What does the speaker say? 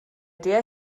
der